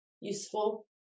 useful